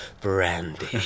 Brandy